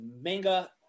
manga